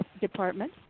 department